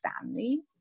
family